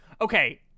okay